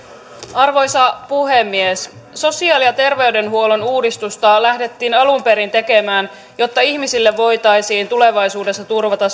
arvoisa puhemies sosiaali ja terveydenhuollon uudistusta lähdettiin alun perin tekemään jotta ihmisille voitaisiin tulevaisuudessa turvata